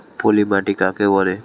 পলি মাটি কাকে বলে?